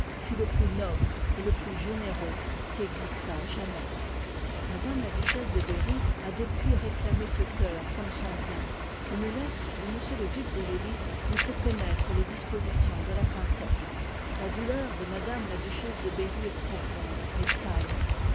fut le plus noble et le plus généreux qui existât jamais m la duchesse de berry a depuis réclamé ce cœur comme son bien une lettre de m le duc de lévis nous fait connoître les dispositions de la princesse la douleur de m la duchesse de berry est profonde mais calme